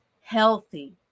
healthy